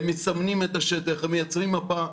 הם מסמנים את השטח, הם מייצרים מפה.